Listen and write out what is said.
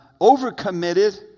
overcommitted